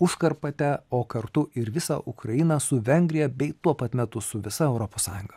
užkarpatę o kartu ir visą ukrainą su vengrija bei tuo pat metu su visa europos sąjunga